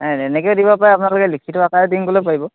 নাই এনেকৈ দিবা পাৰে আপোনালোকে লিখিত আকাৰে দিম ক'লেও পাৰিব